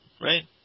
Right